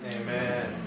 Amen